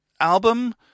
album